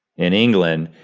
in england,